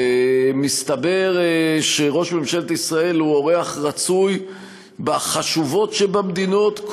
מסתבר שראש ממשלת ישראל הוא אורח רצוי בחשובות שבמדינות,